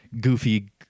goofy